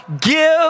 Give